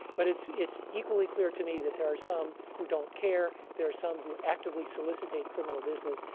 but it's it's equally clear to me that there are some who don't care. there are some who actively solicitate criminal business.